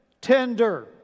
tender